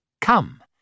Come